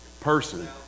person